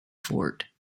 fort